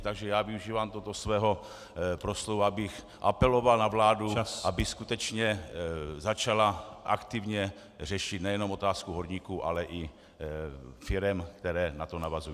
Takže já využívám tohoto svého proslovu, abych apeloval na vládu , aby skutečně začala aktivně řešit nejenom otázku horníků, ale i firem, které na to navazují.